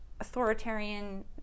authoritarian